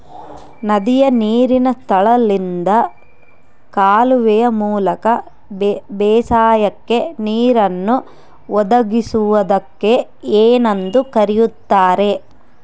ನದಿಯ ನೇರಿನ ಸ್ಥಳದಿಂದ ಕಾಲುವೆಯ ಮೂಲಕ ಬೇಸಾಯಕ್ಕೆ ನೇರನ್ನು ಒದಗಿಸುವುದಕ್ಕೆ ಏನೆಂದು ಕರೆಯುತ್ತಾರೆ?